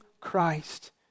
Christ